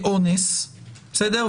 אונס, בסדר?